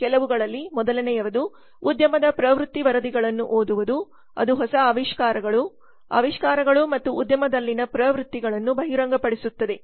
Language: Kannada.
ಕೆಲವುಗಳಲ್ಲಿ ಮೊದಲನೆಯದು ಉದ್ಯಮದ ಪ್ರವೃತ್ತಿ ವರದಿಗಳನ್ನು ಓದುವುದು ಅದು ಹೊಸ ಆವಿಷ್ಕಾರಗಳು ಆವಿಷ್ಕಾರಗಳು ಮತ್ತು ಉದ್ಯಮದಲ್ಲಿನ ಪ್ರವೃತ್ತಿಗಳನ್ನು ಬಹಿರಂಗಪಡಿಸುತ್ತದೆ